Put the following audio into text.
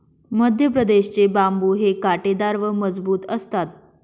मध्यप्रदेश चे बांबु हे काटेदार व मजबूत असतात